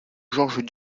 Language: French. georges